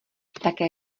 také